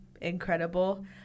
incredible